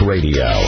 Radio